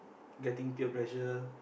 getting peer pressure